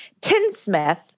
tinsmith